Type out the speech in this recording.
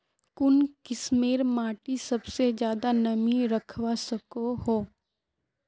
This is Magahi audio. कुन किस्मेर माटी सबसे ज्यादा नमी रखवा सको हो?